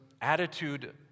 attitude